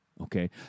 okay